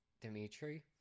Dimitri